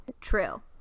true